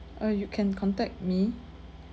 uh you can contact me